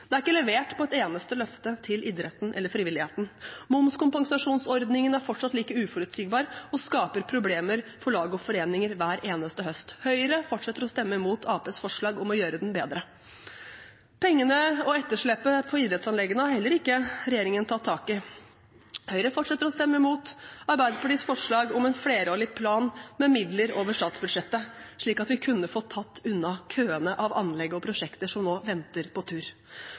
Det er ikke levert på et eneste løfte til idretten eller frivilligheten. Momskompensasjonsordningen er fortsatt like uforutsigbar og skaper problemer for lag og foreninger hver eneste høst. Høyre fortsetter å stemme imot Arbeiderpartiets forslag om å gjøre den bedre. Pengene og etterslepet på idrettsanleggene har heller ikke regjeringen tatt tak i. Høyre fortsetter å stemme imot Arbeiderpartiets forslag om en flerårig plan med midler over statsbudsjettet, slik at vi kunne fått tatt unna køen av anlegg og prosjekter som nå venter på tur.